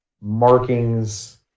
markings